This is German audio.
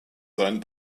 seinen